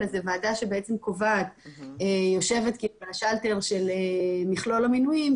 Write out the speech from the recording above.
אלא זה ועדה שקובעת ויושבת בשלטר של מכלול המינויים,